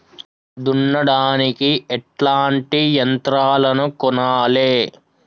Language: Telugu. దున్నడానికి ఎట్లాంటి యంత్రాలను కొనాలే?